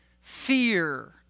fear